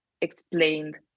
explained